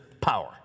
power